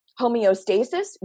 homeostasis